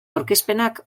aurkezpenak